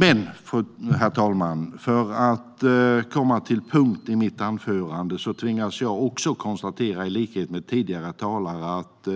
Men för att komma till punkt i mitt anförande tvingas jag att konstatera, i likhet med tidigare talare, att